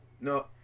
No